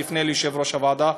אני אפנה ליושב-ראש הוועדה,